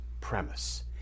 premise